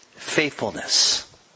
Faithfulness